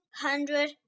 hundred